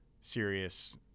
serious